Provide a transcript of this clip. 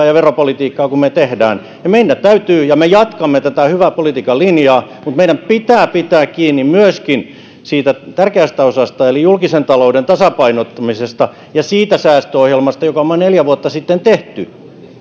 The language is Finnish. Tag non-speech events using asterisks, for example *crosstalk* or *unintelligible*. *unintelligible* ja veropolitiikkaa mitä me teemme ja meidän täytyy jatkaa ja me jatkamme tätä hyvää politiikan linjaa mutta meidän pitää pitää kiinni myöskin siitä tärkeästä osasta eli julkisen talouden tasapainottamisesta ja siitä säästöohjelmasta jonka me olemme neljä vuotta sitten tehneet